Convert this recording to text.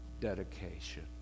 dedication